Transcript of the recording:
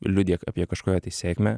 liudija apie kažkokią sėkmę